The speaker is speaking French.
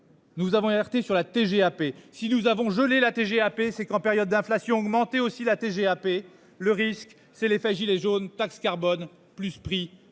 Nous avons alerté sur la TGAP, si nous avons gelé la TGAP c'est qu'en période d'inflation augmenter aussi la TGAP, le risque c'est les failli les jaunes taxe carbone plus pris de.